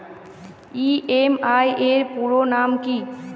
EMI এর পুরোনাম কী?